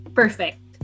perfect